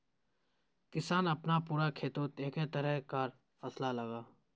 किसान अपना पूरा खेतोत एके तरह कार फासला लगाः